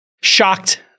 shocked